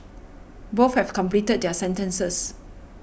both have completed their sentences